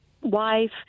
wife